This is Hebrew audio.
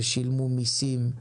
ששילמו מיסים,